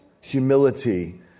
humility